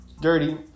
Dirty